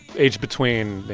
aged between,